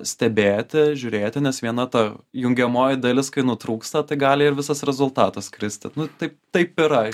stebėti žiūrėti nes viena ta jungiamoji dalis kai nutrūksta tai gali ir visas rezultatas kristi nu taip taip yra